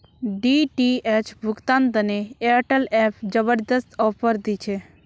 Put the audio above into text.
DTH भुगतान तने Airtel app जबरदस्त ऑफर दी छे